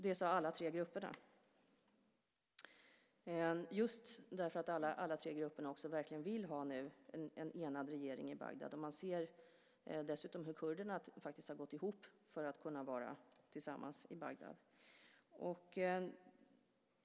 Det sade alla tre grupperna, just därför att alla tre grupperna nu också verkligen vill ha en enad regering i Bagdad. Man ser dessutom hur kurderna faktiskt har gått ihop för att kunna vara tillsammans i Bagdad.